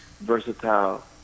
versatile